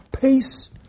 peace